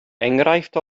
enghraifft